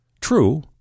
True